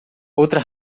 outra